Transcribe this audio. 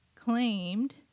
claimed